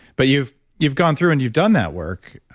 but you've you've gone through and you've done that work,